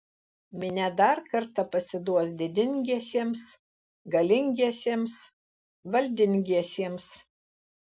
minia dar kartą pasiduos didingiesiems galingiesiems valdingiesiems